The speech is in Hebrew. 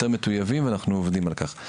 יותר מטוייבים ואנחנו עובדים על כך.